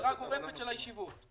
לסגירה גורפת של הישיבות.